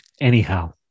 Anyhow